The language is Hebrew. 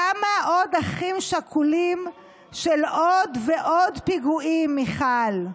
כמה עוד אחים שכולים של עוד ועוד פיגועים, מיכל.